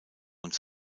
und